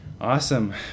Awesome